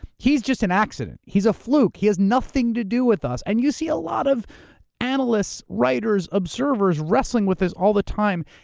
he's just an accident. he's a fluke. he has nothing to do with us. and you see a lot of analysts, writers, observers, wrestling with this all the time.